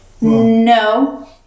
No